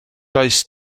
does